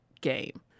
game